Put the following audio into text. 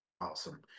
Awesome